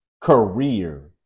career